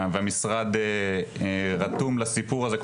והמשרד רתום לסיפור הזה,